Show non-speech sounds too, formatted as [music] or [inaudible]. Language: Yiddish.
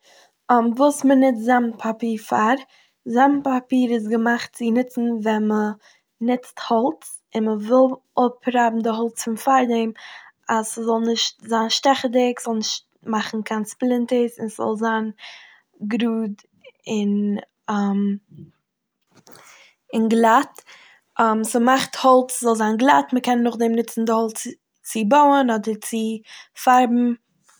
[hesitation] וואס מ'נוצט זאמד פאפיר פאר. זאמד פאפיר איז געמאכט צו נוצן ווען מ'נוצט האלץ און מ'וויל אפרייבן די האלץ פון פארדעם אז ס'זאל נישט זיין שטעכעדיג, ס'זאל נישט מאכן קיין ספלינטערס, און ס'זאל זיין גראד א- און [hesitation] און גלאט. [hesitation] ס'מאכט האלץ זאל זיין גלאט. מ'קען נאכדעם נוצן די האלץ צו בויען אדער צו פארבן...